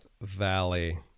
Valley